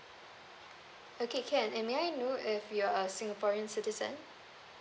okay can and may I know if you're singaporean citizen